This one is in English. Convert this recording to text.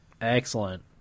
Excellent